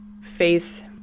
face